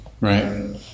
Right